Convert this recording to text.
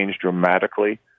dramatically